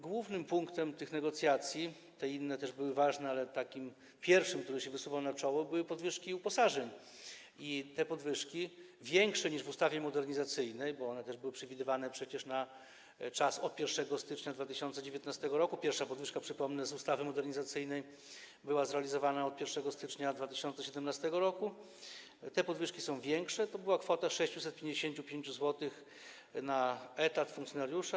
Głównym punktem tych negocjacji - inne też były ważne, ale takim pierwszym, który się wysuwał na czoło - były podwyżki uposażeń i te podwyżki, większe niż w ustawie modernizacyjnej, bo one też były przewidywane przecież na czas od 1 stycznia 2019 r. - pierwsza podwyżka, przypomnę, na podstawie ustawy modernizacyjnej była realizowana od 1 stycznia 2017 r., ale te podwyżki są większe - to była kwota 655 zł na etat funkcjonariusza.